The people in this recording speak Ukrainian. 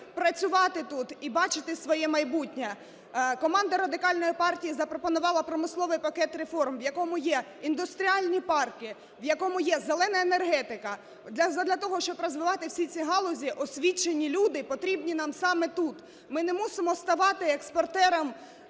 працювати тут і бачити своє майбутнє. Команда Радикальної партії запропонувала промисловий пакет реформ, в якому є індустріальні парки, в якому є "зелена" енергетика, задля того, щоб розвивати всі ці галузі, освічені люди потрібні нам саме тут. Ми не мусимо ставати експортером